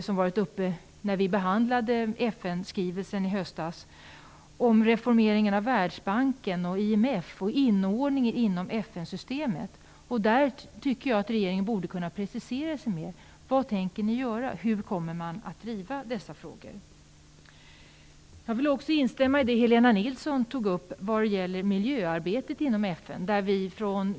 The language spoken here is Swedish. Detta var ju uppe när vi behandlade FN-skrivelsen i höstas. Det handlar då om reformeringen av Världsbanken och IMF samt om inordningen inom FN-systemet. Där tycker jag att regeringen borde kunna precisera sig mera. Vad tänker ni göra? Hur kommer dessa frågor att drivas? Vidare instämmer jag i det som Helena Nilsson sade om miljöarbetet inom FN.